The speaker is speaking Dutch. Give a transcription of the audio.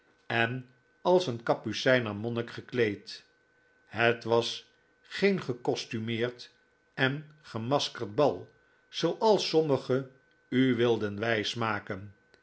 en als een kapucijner monnik gekleed het was geen gecostumeerd en gemaskerd bal zooals sommigen u wilden wijsmaken